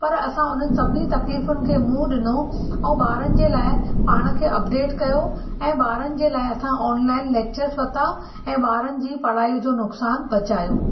पर असां उन्हनि सभिनी तकलीफ़ुनि खे मुंहुं ॾीनो ऐं बारनि जे लाइ पाण खे अपडेट कयो ऐं बारनि जे लाइ असां ऑनलाइन लैक्चर्स वरिता ऐं बारनि जी पढ़ाई जो नुक़सानु बचायो